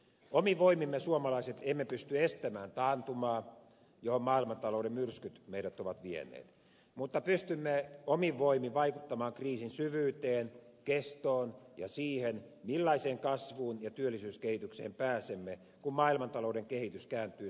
omin voimin me suomalaiset emme pysty estämään taantumaa johon maailmantalouden myrskyt meidät ovat vieneet mutta pystymme omin voimin vaikuttamaan kriisin syvyyteen kestoon ja siihen millaiseen kasvuun ja työllisyyskehitykseen pääsemme kun maailmantalouden kehitys kääntyy suotuisammaksi